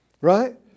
Right